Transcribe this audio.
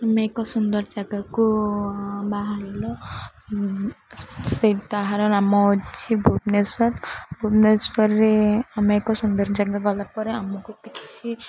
ଆମେ ଏକ ସୁନ୍ଦର ଜାଗାକୁ ବାହାରିଲୁ ସେଇ ତାହାର ନାମ ହେଉଛି ଭୁବନେଶ୍ୱର ଭୁବନେଶ୍ୱରରେ ଆମେ ଏକ ସୁନ୍ଦର ଜାଗା ଗଲା ପରେ ଆମକୁ କିଛି